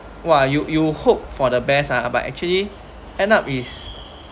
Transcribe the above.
!wah! you you hope for the best lah but actually end up is